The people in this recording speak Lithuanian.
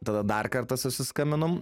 tada dar kartą susiskambinom